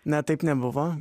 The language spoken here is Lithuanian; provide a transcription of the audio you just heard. ne taip nebuvo